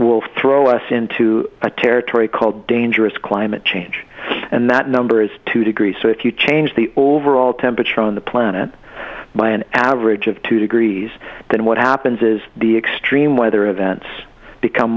will throw us into a territory called dangerous climate change and that number is two degrees so if you change the overall temperature on the planet by an average of two degrees then what happens is the extreme weather events become